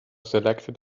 selected